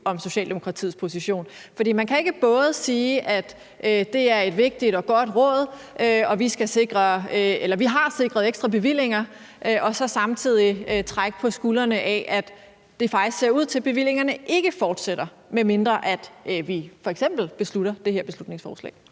om Socialdemokratiets position. For man kan ikke både sige, at det er et vigtigt og godt råd og vi har sikret ekstra bevillinger, og så samtidig trække på skuldrene ad, at det faktisk ser ud til, at bevillingerne ikke fortsætter, medmindre vi f.eks. vedtager det her beslutningsforslag.